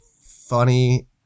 funny